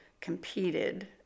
competed